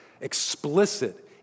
explicit